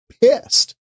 pissed